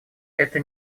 это